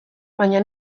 baina